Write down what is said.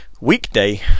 weekday